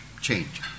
change